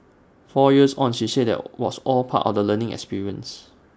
four years on she said that was all part of the learning experience